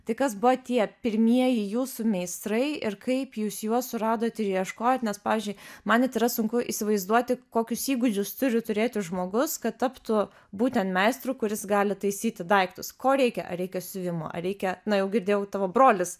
tai kas buvo tie pirmieji jūsų meistrai ir kaip jūs juos suradot ir ieškojot nes pavyzdžiui man net yra sunku įsivaizduoti kokius įgūdžius turi turėti žmogus kad taptų būtent meistru kuris gali taisyti daiktus ko reikia ar reikia siuvimo ar reikia na jau girdėjau tavo brolis